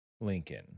lincoln